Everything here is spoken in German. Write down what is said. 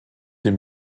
dem